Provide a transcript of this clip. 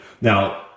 Now